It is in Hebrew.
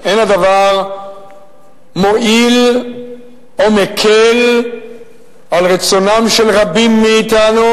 אין הדבר מועיל או מקל על רצונם של רבים מאתנו,